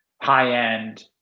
high-end